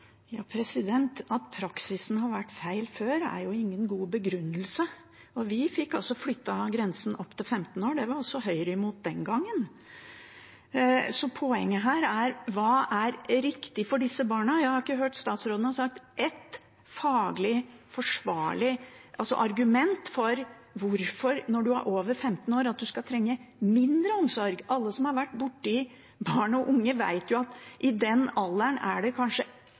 At praksisen har vært feil før, er ingen god begrunnelse. Vi fikk flyttet grensen opp til 15 år; det var Høyre imot den gangen. Poenget her er: Hva er riktig for disse barna? Jeg har ikke hørt statsråden gi ett faglig forsvarlig argument for hvorfor man skulle trenge mindre omsorg når man er over 15 år. Alle som har vært borti barn og unge, vet jo at i den alderen er det kanskje